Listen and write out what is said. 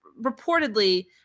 reportedly